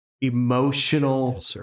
emotional